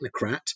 technocrat